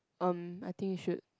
erm I think you should